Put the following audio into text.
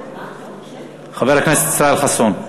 חבר הכנסת ישראל חסון.